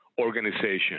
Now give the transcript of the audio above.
organization